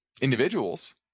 individuals